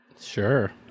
Sure